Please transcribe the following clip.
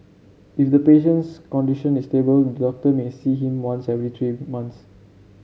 if the patient's condition is stable the doctor may see him once every three months